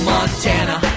Montana